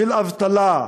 של אבטלה,